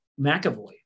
McAvoy